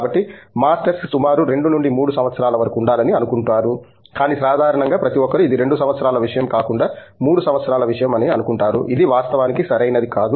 కాబట్టి మాస్టర్స్ సుమారు 2 నుండి 3 సంవత్సరాల వరకు ఉండాలని అనుకుంటారు కానీ సాధారణంగా ప్రతి ఒక్కరు ఇది 2 సంవత్సరాల విషయం కాకుండా 3 సంవత్సరాల విషయం అని అనుకుంటారు ఇది వాస్తవానికి సరైనది కాదు